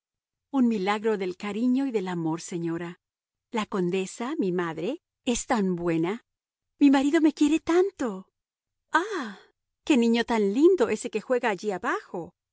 un milagro un milagro del cariño y del amor señora la condesa mi madre es tan buena mi marido me quiere tanto ah qué niño tan lindo ése que juega allí bajó